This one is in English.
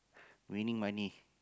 winning money